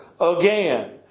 Again